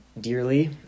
dearly